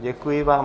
Děkuji vám.